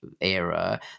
era